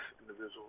individual